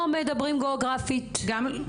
לא